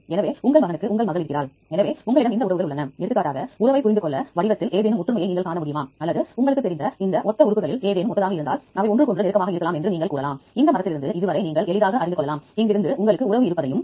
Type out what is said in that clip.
எனவே நீங்கள் பார்க்கலாம் எடுத்துக்காட்டாக வடிவங்களின் பொருத்தத்தை உருவாக்க விரும்பும் விரும்புகிறீர்கள் என்றால் அந்த ஒன்று இந்த வடிவத்தில் கடைசி விளக்கமானது எதுவும் ஆக இருக்கலாம்